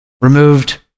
Removed